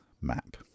map